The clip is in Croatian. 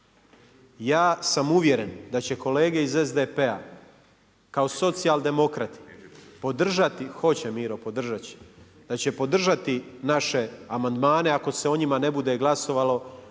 Ja sam uvjeren da će kolege iz SDP-a kao socijaldemokrati podržati, hoće Miro podržat će, da će podržati naše amandmane ako se o njima ne bude glasovalo